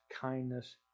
kindness